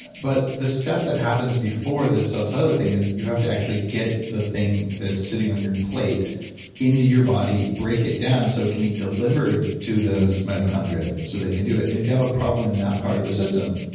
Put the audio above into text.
but but the step that happens before this subcellular thing is you have to actually get the thing that's sitting on your plate into your body, break it down, so it can be delivered to those mitochondria so they can do it. and if you have a problem in that part of the system,